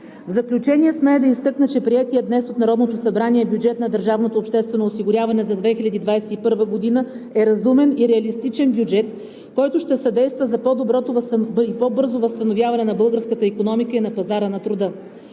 В заключение, смея да изтъкна, че приетият днес от Народното събрание бюджет на държавното обществено осигуряване за 2021 г. е разумен и реалистичен бюджет, който ще съдейства за по-доброто и по-бързото възстановяване на българската икономика и на пазара на труда.